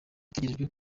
bitegerejwe